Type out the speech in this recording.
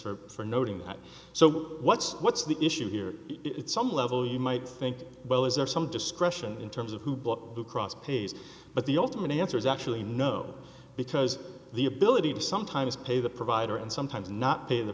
noting so what's what's the issue here it's some level you might think well is there some discretion in terms of who book who cross pays but the ultimate answer is actually no because the ability to sometimes pay the provider and sometimes not pay the